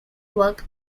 work